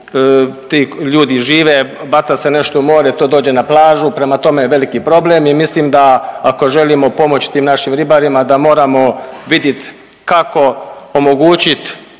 ti ljudi žive, baca se nešto u more, to dođe na plažu, prema tome veliki problem i mislim da ako želimo pomoći tim našim ribarima da moramo vidit kako omogućit